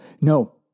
No